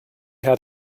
had